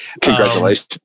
Congratulations